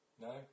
No